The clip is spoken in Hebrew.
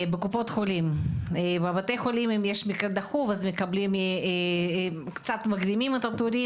בבתי חולים אם יש מקרה דחוף מקבלים הקדמת תורים.